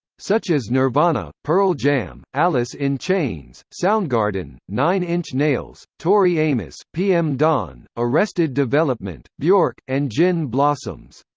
such as nirvana, pearl jam, alice in chains, soundgarden, nine inch nails, tori amos, pm dawn, arrested development, bjork, and gin blossoms.